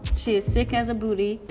she is sick as a booty.